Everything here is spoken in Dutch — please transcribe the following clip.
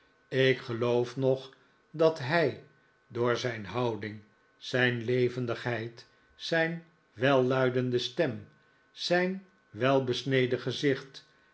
ik geloof nog dat hij door zijn houding zijn levendigheid zijn welluidende stem zijn welbesneden gezicht